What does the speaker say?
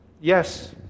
Yes